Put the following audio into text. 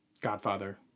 Godfather